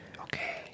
Okay